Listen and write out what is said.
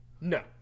No